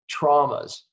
traumas